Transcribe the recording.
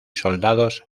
soldados